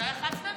זה היה חד-צדדי?